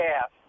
half